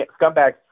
scumbags